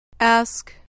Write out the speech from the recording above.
Ask